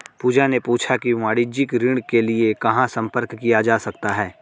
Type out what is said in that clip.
पूजा ने पूछा कि वाणिज्यिक ऋण के लिए कहाँ संपर्क किया जा सकता है?